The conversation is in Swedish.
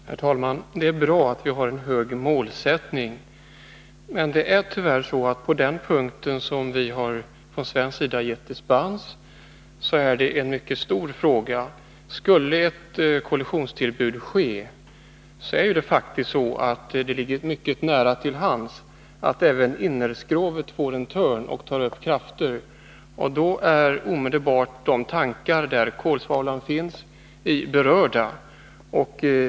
Herr talman! Det är bra att vi har satt upp höga mål. Men den punkt där man från svensk sida tyvärr har givit dispens berör en mycket stor fråga. Skulle ett kollisionstillbud ske, ligger det faktiskt mycket nära till hands att även innerskrovet får en törn och tar upp krafter, och då berörs omedelbart de tankar där kolsvavlan finns.